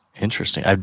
Interesting